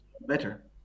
better